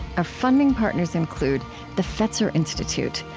our funding partners include the fetzer institute,